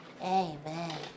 amen